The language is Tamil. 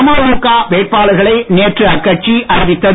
அமமுக வேட்பாளர்களை நேற்று அக்கட்சி அறிவித்தது